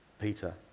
Peter